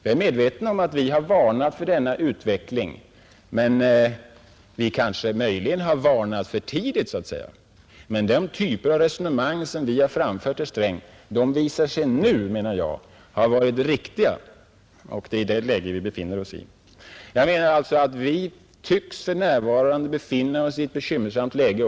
Jag är medveten om att vi har länge varnat för denna utveckling, och vi har möjligen varnat för den för tidigt. Men de typer av resonemang som vi har fört, herr Sträng, visar sig nu ha varit riktiga; läget är sådant för närvarande. Jag menar alltså att vi för närvarande tycks befinna oss i ett bekymmersamt läge.